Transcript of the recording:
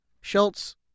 Schultz